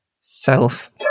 Self